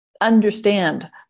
understand